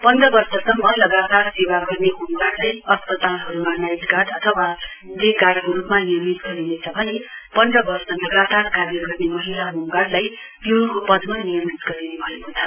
पन्ध वर्षसम्म लगातार सेवा गर्ने होमगार्डलाई अस्पतालहरुमा नाइट गार्ड अथवा डे गार्डको रुपमा नियमित गरिनेछ भने पन्ध वर्ष लगातार कार्य गर्ने महिला होमगार्डलाई पिउनको पदमा नियमित गरिने भएको छ